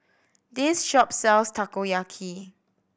this shop sells Takoyaki